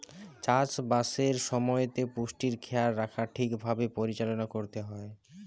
চাষ বাসের সময়তে পুষ্টির খেয়াল রাখা ঠিক ভাবে পরিচালনা করতে হয়